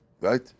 Right